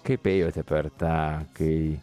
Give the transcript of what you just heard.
kaip ėjote per tą kai